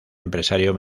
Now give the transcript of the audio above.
empresario